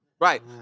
Right